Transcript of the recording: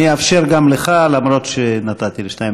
אני אאפשר גם לך, אף שנתתי לשניים.